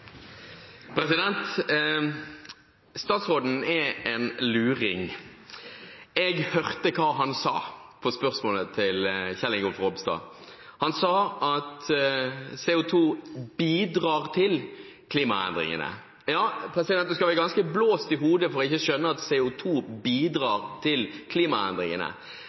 Statsråden er en luring. Jeg hørte hva han svarte på spørsmålet fra Kjell Ingolf Ropstad. Han sa at CO2 bidrar til klimaendringene. Ja, en skal være ganske «blåst i hodet» for ikke å skjønne at CO2 bidrar til klimaendringene,